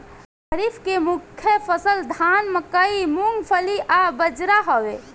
खरीफ के मुख्य फसल धान मकई मूंगफली आ बजरा हवे